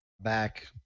back